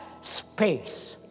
space